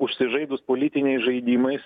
užsižaidus politiniais žaidimais